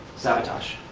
sabotage.